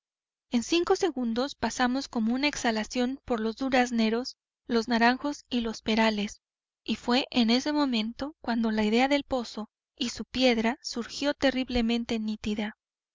en cinco segundos pasamos como una exhalación por los durazneros los naranjos y los perales y fué en este momento cuando la idea del pozo y su piedra surgió terriblemente nítida